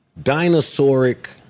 dinosauric